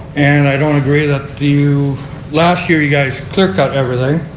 and i don't agree that you last year you guys clear-cut everything.